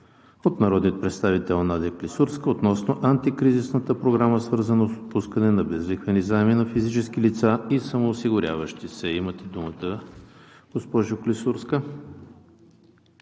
от народния представител Надя Клисурска относно Антикризисната програма, свързана с отпускане на безлихвени заеми на физически лица и самоосигуряващи се. Имате думата, госпожо Клисурска.